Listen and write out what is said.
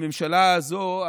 הממשלה הזו,